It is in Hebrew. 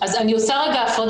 אני עושה הפרדה,